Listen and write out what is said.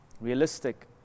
realistic